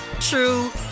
true